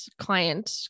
client